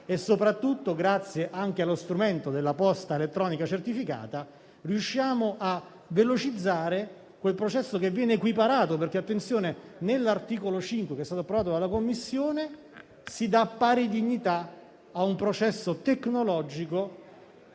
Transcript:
e soprattutto, grazie anche allo strumento della posta elettronica certificata, riusciamo a velocizzare quel processo, che viene equiparato a un altro, come stabilito nell'articolo 5 approvato dalla Commissione, che dà pari dignità al processo tecnologico